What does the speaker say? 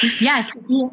Yes